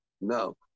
No